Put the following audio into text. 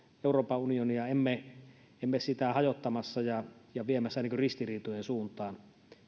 euroopan unionia emme sitä hajottamassa ja ja viemässä ristiriitojen suuntaan